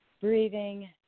breathing